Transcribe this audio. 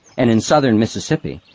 and in southern mississippi,